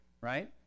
right